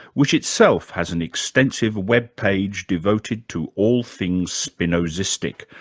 which itself has an extensive web page devoted to all things spinozistic.